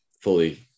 fully